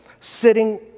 sitting